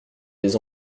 les